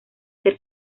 ser